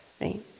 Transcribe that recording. right